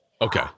Okay